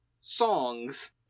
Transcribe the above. songs